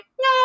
no